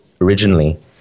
originally